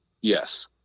Yes